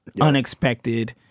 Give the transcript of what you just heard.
unexpected